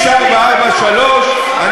או בכביש 443?